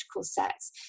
sex